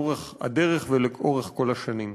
ולאורך הדרך ולאורך כל השנים.